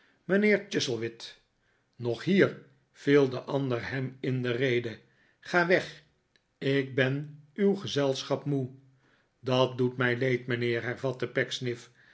mijnheer chuzzlewit nog hier viel de ander hem in de rede tf ga weg ik ben uw gezelschap moe dat doet mij leed mijnheer hervatte